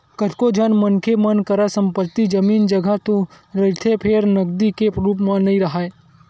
कतको झन मनखे मन करा संपत्ति, जमीन, जघा तो रहिथे फेर नगदी के रुप म नइ राहय